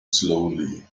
slowly